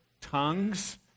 Tongues